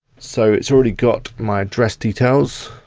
so it's already got my address details.